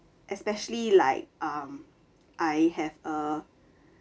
especially like um I have a